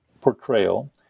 portrayal